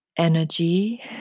energy